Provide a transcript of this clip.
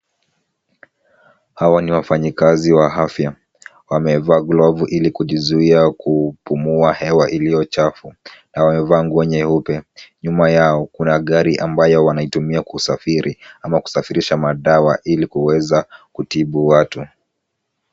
Hawa ni wafanyikazi wa afya, wamevaa glovu ili kujizuia kupumua hewa iliyo chafu na wamevaa nguo nyeupe. Nyuma yao, kuna gari ambayo wanaitumia kusafiri, ama kusafirisha madawa ili kuweza kutibu watu.